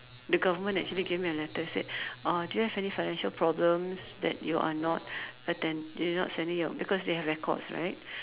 the government actually gave me a letter said uh do you have any financial problems that you are not attend you not sending your because they have records right